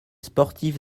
sportives